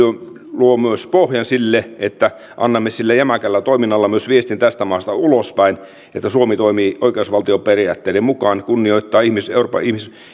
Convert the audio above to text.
luo myös pohjan sille että annamme sillä jämäkällä toiminnalla myös viestin tästä maasta ulospäin että suomi toimii oikeusvaltioperiaatteiden mukaan kunnioittaa euroopan